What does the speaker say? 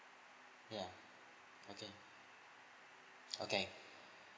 ya okay okay